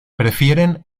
prefieren